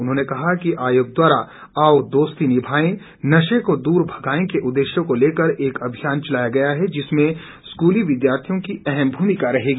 उन्होंने कहा कि आयोग द्वारा आओ दोस्ती निभाएं नशे को दूर मगाएं के उद्देश्य को लेकर एक अभियान चलाया गया है जिसमें स्कूली विद्यार्थियों की अहम भूमिका रहेगी